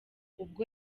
ubwo